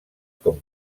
com